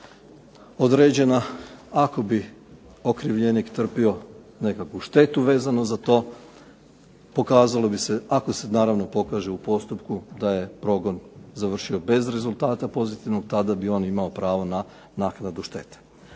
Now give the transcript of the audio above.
određena ako bi okrivljenik trpio nekakvu štetu vezano za to pokazalo bi se, ako se naravno pokaže u postupku da je progon završio bez rezultata pozitivnog tada bi on imao pravo na naknadu štete.